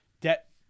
debt